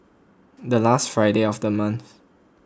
the last friday of the month